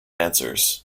answers